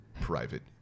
private